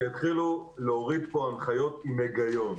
שיתחילו להוריד פה הנחיות עם היגיון.